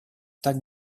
также